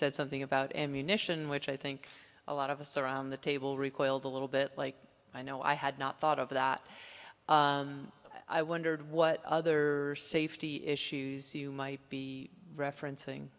said something about ammunition which i think a lot of us are on the table recoiled a little bit like i know i had not thought of that i wondered what other safety issues you might be referencing